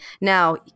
Now